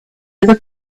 other